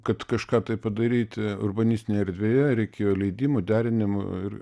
kad kažką tai padaryti urbanistinėj erdvėje reikėjo leidimų derinimų ir